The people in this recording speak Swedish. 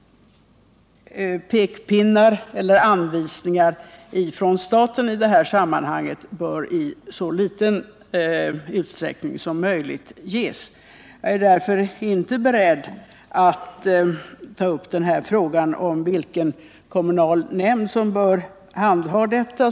Pekpinnar eller anvisningar från staten bör i det sammanhanget ges i så liten utsträckning som möjligt. Jag är därför här inte beredd att ta upp frågan om vilken kommunal nämnd som bör handha detta.